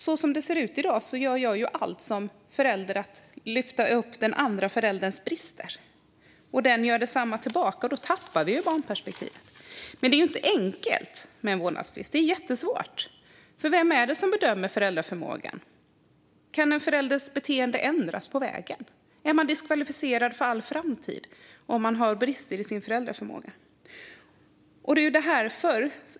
Som det ser ut i dag gör jag förstås allt som förälder för att lyfta upp den andra förälderns brister, och den gör detsamma tillbaka. Då tappar vi barnperspektivet. Det är inte enkelt med en vårdnadstvist; det är jättesvårt. För vem är det som bedömer föräldraförmågan? Kan en förälders beteende ändras på vägen? Är man diskvalificerad för all framtid om man har brister i sin föräldraförmåga?